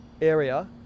area